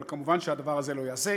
אבל ודאי שהדבר הזה לא ייעשה,